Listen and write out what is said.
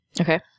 okay